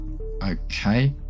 Okay